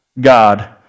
God